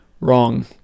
Wrong